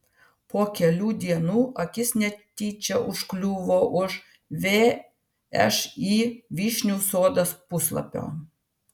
po kelių dienų akis netyčia užkliuvo už všį vyšnių sodas puslapio